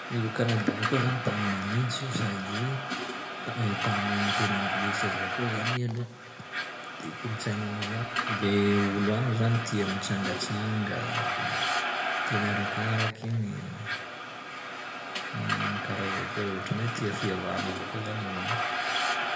Io Canada io koa zany tany manintsy io sady tany miteny anglisy avao koa zany i aloha de kolotsainan'olo an- de olo agny zany tia mitsangatsanga, tia miarakaraky igny, karaha zay koa zao ohatran'ny hoe tia fihavana avao koa zany olo agny.